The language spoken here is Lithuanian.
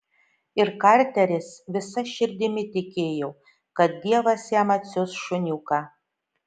ir karteris visa širdimi tikėjo kad dievas jam atsiųs šuniuką